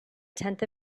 tenth